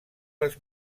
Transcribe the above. les